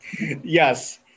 Yes